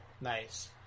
nice